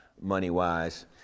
money-wise